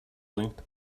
linked